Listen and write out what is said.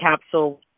capsule